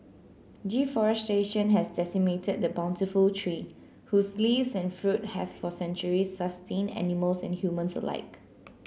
deforestation has decimated the bountiful tree whose leaves and fruit have for centuries sustained animals and humans alike